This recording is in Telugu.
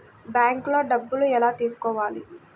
బ్యాంక్లో డబ్బులు ఎలా తీసుకోవాలి?